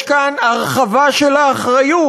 יש כאן הרחבה של האחריות.